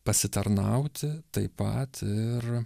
pasitarnauti taip pat ir